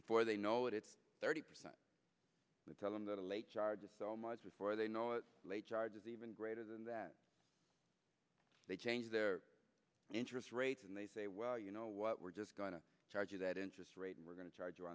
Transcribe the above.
before they know it it's thirty percent to tell them that a late charges so much for they know it's late charges even greater than that they change their interest rates and they say well you know what we're just going to charge you that interest rate and we're going to charge